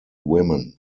women